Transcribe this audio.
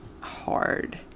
hard